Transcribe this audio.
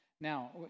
Now